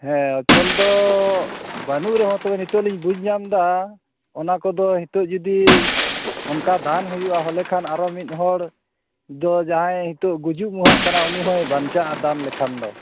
ᱚᱪᱚᱞ ᱫᱚ ᱵᱟᱹᱱᱩᱜ ᱨᱮᱦᱚ ᱛᱳ ᱱᱤᱛᱚᱜ ᱞᱤᱧ ᱵᱩᱡ ᱧᱟᱢᱫᱟ ᱚᱱᱟᱠᱚᱫᱚ ᱱᱤᱛᱚᱜ ᱡᱚᱫᱤ ᱚᱱᱠᱟ ᱫᱟᱱ ᱦᱩᱭᱩᱜᱼᱟ ᱛᱟᱦᱚᱞᱮ ᱠᱷᱟᱱ ᱟᱨᱦᱚᱸ ᱢᱤᱫᱦᱚᱲ ᱫᱚ ᱡᱟᱦᱟᱭ ᱱᱤᱛᱚᱜ ᱜᱩᱡᱩ ᱠᱟᱱᱟ ᱩᱱᱤ ᱦᱚᱭ ᱵᱟᱧᱪᱟᱜᱼᱟ ᱫᱟᱱ ᱞᱮᱠᱷᱟᱱ ᱫᱚ